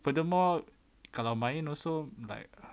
furthermore kalau main also like